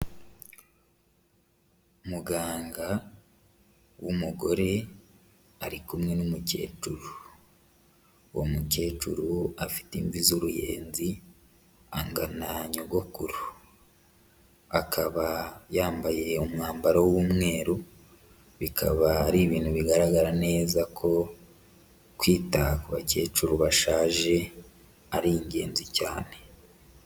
Umuganga w'umugore ari kumwe n'umukecuru. Uwo mukecuru afite imvi z'uruyenzi angana nyogokuru. Akaba yambaye umwambaro w'umweru, bikaba ari ibintu bigaragara neza ko kwita ku bakecuru bashaje ari ingenzi cyane.